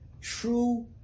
true